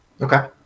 Okay